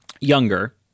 Younger